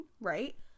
right